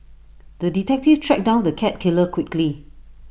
the detective tracked down the cat killer quickly